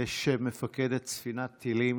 יש מפקדת ספינת טילים,